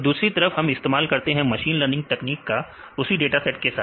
तो दूसरी तरफ हम इस्तेमाल करते हैं मशीन लर्निंग तकनीक का उसी डाटा सेट के साथ